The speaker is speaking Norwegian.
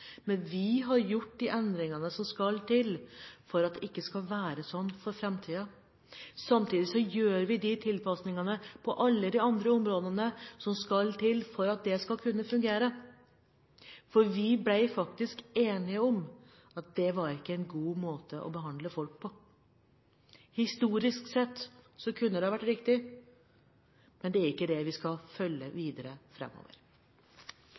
men vi har gjort de endringene som skal til for at det ikke skal være sånn for framtiden. Samtidig gjør vi de tilpasningene på alle de andre områdene som skal til for at det skal kunne fungere. Vi ble faktisk enige om at det ikke var en god måte å behandle folk på. Historisk sett kunne det ha vært riktig, men det er ikke det vi skal følge